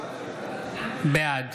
בעד